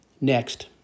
Next